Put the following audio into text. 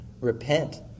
Repent